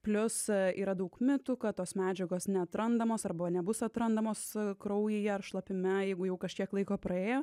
plius yra daug mitų kad tos medžiagos neatrandamos arba nebus atrandamos kraujyje ar šlapime jeigu jau kažkiek laiko praėjo